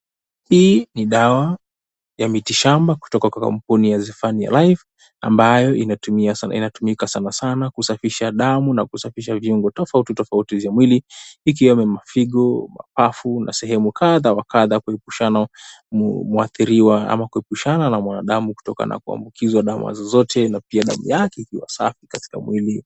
Hii ni dawa ya miti shamba kutoka kwa kampuni ya Zifania Life ambayo inatumika sana sana kusafisha damu na kusafisha viungo tofauti tofauti vya mwili ikiwa ni mafigo, mapafu na sehemu kadha wa kadha kuepushana mwathiriwa ama kuepushana na mwanadamu kutokana na kuambukizwa damu ya zozote na pia damu yake ikiwa safi katika mwili.